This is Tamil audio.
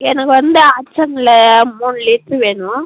எனக்கு வந்து ஹட்சனில் மூணு லிட்டரு வேணும்